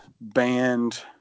band